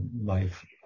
life